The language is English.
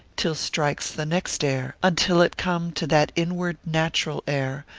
still strikes the next air, until it come to that inward natural air,